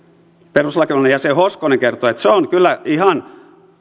perustuslakivaliokunnan jäsen hoskonen kertoi että se on kyllä ihan